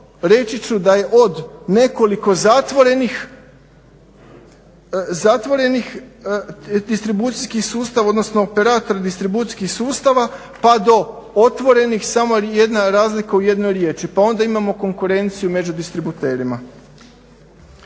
reći ču da je od nekoliko zatvorenih operatora distribucijskih sustava pa do otvorenih samo je razlika u jednoj reći, pa onda imamo konkurenciju među distributerima.